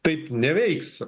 taip neveiks